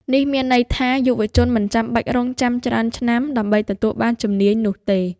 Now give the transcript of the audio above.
នេះមានន័យថា យុវជនមិនចាំបាច់រង់ចាំច្រើនឆ្នាំដើម្បីទទួលបានជំនាញនោះទេ។